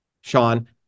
Sean